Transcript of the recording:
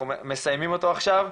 אנחנו מסיימים אותו עכשיו,